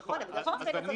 נכון, לפחות.